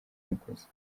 umukozi